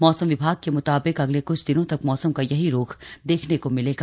मौसम विभाग के मुताबिक अगले क्छ दिनों तक मौसम का यही रुख देखने को मिलेगा